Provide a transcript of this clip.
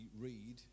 read